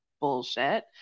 Bullshit